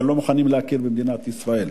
אבל לא מוכנים להכיר במדינת ישראל.